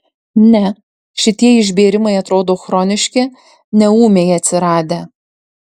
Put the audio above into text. ne šitie išbėrimai atrodo chroniški ne ūmiai atsiradę